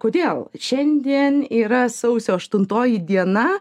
kodėl šiandien yra sausio aštuntoji diena